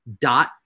dot